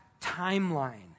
timeline